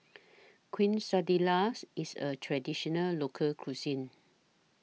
Quesadillas IS A Traditional Local Cuisine